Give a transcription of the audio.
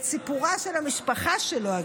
את סיפרה של המשפחה שלו.